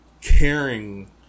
caring